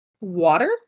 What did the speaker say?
water